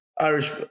Irish